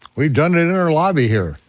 we've done it in our lobby here.